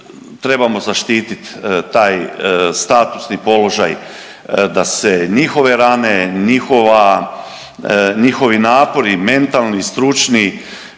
trebamo zaštiti taj statusni položaj da se njihove rane, njihova, njihovi napori i mentalni i stručni